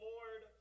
Lord